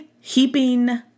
heaping